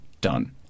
Done